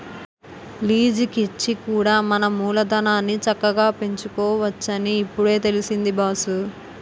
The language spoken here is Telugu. లీజికిచ్చి కూడా మన మూలధనాన్ని చక్కగా పెంచుకోవచ్చునని ఇప్పుడే తెలిసింది బాసూ